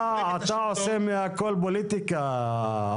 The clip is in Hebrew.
אתה עושה מהכול פוליטיקה,